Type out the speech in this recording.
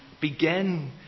begin